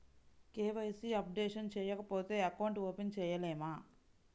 KYC updation చేయకపోతే account open చేయలేమా?